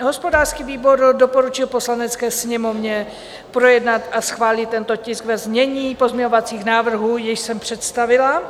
Hospodářský výbor doporučil Poslanecké sněmovně projednat a schválit tento tisk ve znění pozměňovacích návrhů, jež jsem představila.